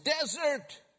desert